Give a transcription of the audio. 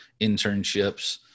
internships